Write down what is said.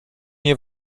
nie